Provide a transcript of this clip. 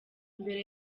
mbere